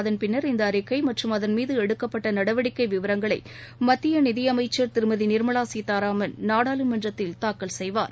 அதன்பின்னர் இந்த அறிக்கை மற்றும் அதன் மீது எடுக்கப்பட்ட நடவடிக்கை விவரங்களை மத்திய நிதி அமைச்சர் திருமதி நிர்மலா சீதாராமன் நாடாளுமன்றத்தில் தாக்கல் செய்வார்